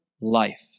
life